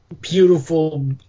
beautiful